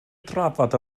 drafod